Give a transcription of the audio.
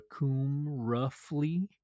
roughly